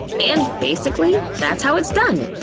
and basically, that's how it's done!